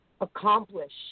accomplish